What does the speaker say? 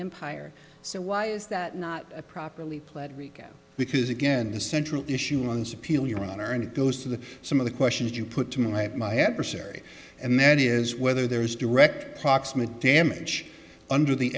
empire so why is that not a properly planned recount because again the central issue on subpoena your honor and it goes to the some of the questions you put to my my adversary and that is whether there is direct proximate damage under the